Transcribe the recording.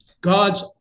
God's